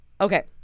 Okay